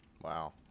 wow